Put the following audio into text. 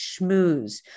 Schmooze